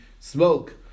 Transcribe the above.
smoke